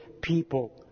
people